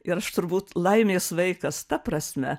ir aš turbūt laimės vaikas ta prasme